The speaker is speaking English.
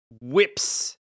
Whips